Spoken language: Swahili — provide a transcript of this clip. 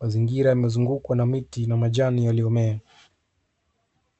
Mazingira yamezungukwa na miti na majani yaliyomea.